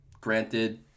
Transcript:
granted